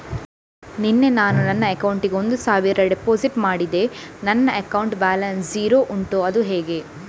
ನಿನ್ನೆ ನಾನು ನನ್ನ ಅಕೌಂಟಿಗೆ ಒಂದು ಸಾವಿರ ಡೆಪೋಸಿಟ್ ಮಾಡಿದೆ ನನ್ನ ಅಕೌಂಟ್ ಬ್ಯಾಲೆನ್ಸ್ ಝೀರೋ ಉಂಟು ಅದು ಹೇಗೆ?